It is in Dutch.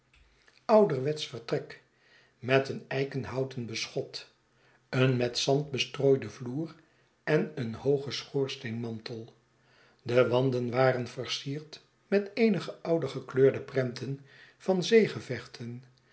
ouderwetsch vertrek met een eikenhouten beschot een met zand bestrooiden vloer en een hoogen schoorsteenmantel de wanden waren versierd met eenige oude gekleurde prenten van zeegevechten